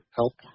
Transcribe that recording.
help